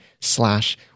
slash